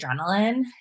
adrenaline